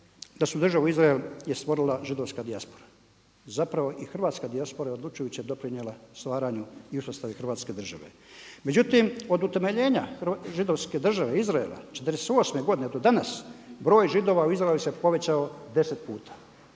da je državu Izrael je stvorila židovska dijaspora. Zapravo i hrvatska dijaspora je odlučujuće doprinijela stvaranju i uspostavi Hrvatske države. Međutim, od utemeljenja Židovske države, Izraela '48. godine do danas broj Židova u Izraelu se povećao 10 puta